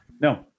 No